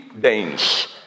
Danes